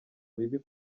bibi